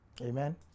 Amen